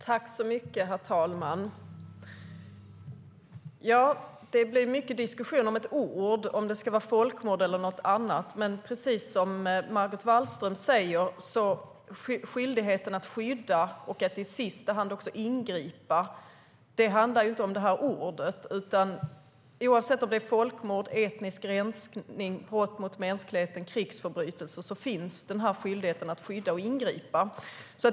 Herr talman! Det blir mycket diskussion om ett ord, alltså om detta ska kallas folkmord eller något annat. Precis som Margot Wallström säger handlar dock skyldigheten att skydda och i sista hand också ingripa inte om ordet, för oavsett om det handlar om folkmord, etnisk rensning, brott mot mänskligheten eller krigsförbrytelser finns skyldigheten att skydda och ingripa.